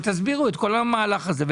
ותסבירו את כל המהלך הזה.